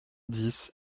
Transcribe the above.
dix